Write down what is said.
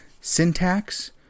syntax